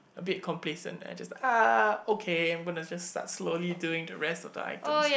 a bit complacent and I just ah okay I'll just start slowly doing the rest of the items